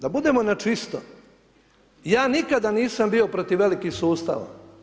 Da budemo na čisto, ja nikada nisam bio protiv velikih sustava.